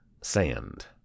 sand